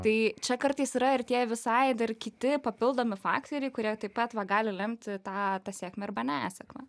tai čia kartais yra ir tie visai dar kiti papildomi faktoriai kurie taip pat va gali lemti tą tą sėkmę arba nesėkmę